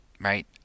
Right